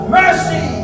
mercy